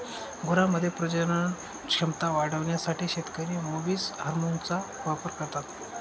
गुरांमध्ये प्रजनन क्षमता वाढवण्यासाठी शेतकरी मुवीस हार्मोनचा वापर करता